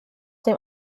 dem